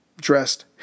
dressed